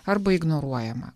arba ignoruojama